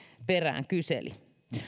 perään kyseli